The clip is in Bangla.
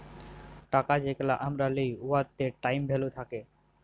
টাকা যেগলা আমরা লিই উয়াতে টাইম ভ্যালু থ্যাকে